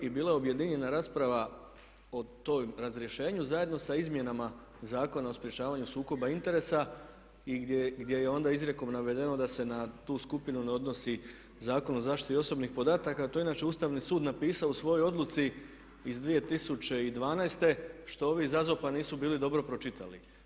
I bila je objedinjena rasprava o tom razrješenju zajedno sa izmjenama Zakona o sprječavanju sukoba interesa i gdje je onda izrijekom navedeno da se na tu skupinu ne odnosi Zakon o zaštiti osobnih podataka, a to je inače Ustavni sud napisao u svojoj odluci iz 2012. što ovi iz AZOP-a nisu bili dobro pročitali.